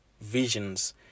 visions